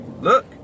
Look